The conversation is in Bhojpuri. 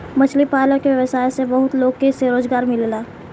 मछली पालन के व्यवसाय से बहुत लोग के रोजगार मिलेला